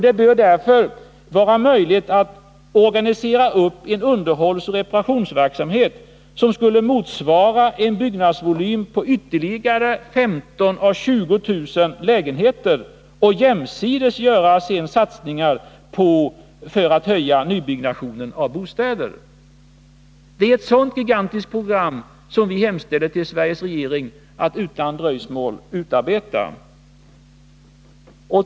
Det bör därför vara möjligt att organisera en underhållsoch reparationsverksamhet som skulle motsvara en byggnadsvolym på ytterligare 15 000-20 000 lägenheter och jämsides göra satsningar för att höja nybyggnationen av bostäder. Vi hemställer till Sveriges regering att utan dröjsmål utarbeta ett sådant gigantiskt program.